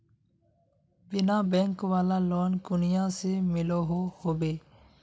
बिना बैंक वाला लोन कुनियाँ से मिलोहो होबे?